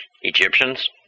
Egyptians